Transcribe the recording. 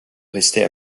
rester